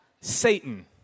Satan